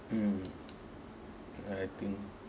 mm I think